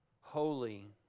holy